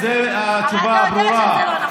זו התשובה הברורה, הרי אתה יודע שזה לא נכון.